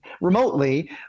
remotely